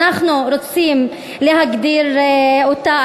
אנחנו רוצים להגדיר אותה.